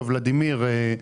ולדימיר,